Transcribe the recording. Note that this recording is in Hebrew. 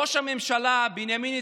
ראש הממשלה בנימין נתניהו,